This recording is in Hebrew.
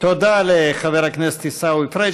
אני מאחל הצלחה למפכ"ל החדש צ'יקו אדרי,